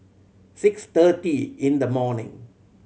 six thirty in the morning